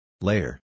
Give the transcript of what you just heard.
Layer